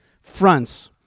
fronts